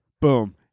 boom